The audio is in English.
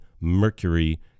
Mercury